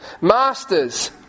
Masters